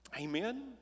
amen